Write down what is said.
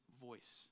voice